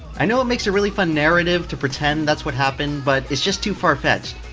i know it makes a really fun narrative to pretend that's what happened, but it's just too far-fetched.